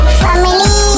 family